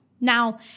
Now